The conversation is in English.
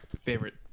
favorite